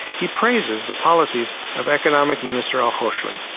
he praises the policies of economic minister alkoshli.